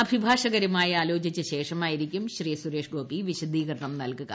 അഭിഭാഷകരുമായി ആലോചിച്ച ശേഷമായിരിക്കു്ം സുരേഷ് ഗോപി വിശദീകരണം നൽകുക